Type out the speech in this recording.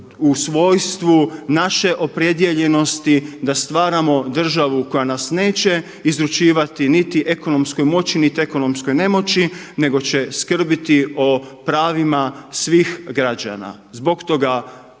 u svojstvu naše opredijeljenosti da stvaramo državu koja nas neće izručivati niti ekonomskoj moći niti ekonomskoj nemoći nego će skrbiti o pravima svih građana. o pravima